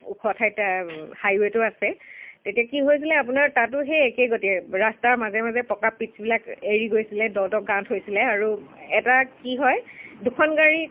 ওখ ঠাইত হাইৱেটো আছে তেতিয়া কি হৈছিলে আপোনাৰ তাতো সেই একেই গতিয়ে ৰাস্তাৰ মাজে মাজে পকাৰ পিট্চবিলাক এৰি গৈছিলে দ দ গাঁত হৈছিলে আৰু এটা কি হয় দুখন গাড়ী